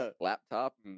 Laptop